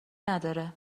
نداره